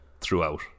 throughout